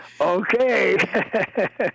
Okay